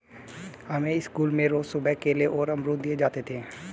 हमें स्कूल में रोज सुबह केले और अमरुद दिए जाते थे